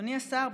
אדוני השר,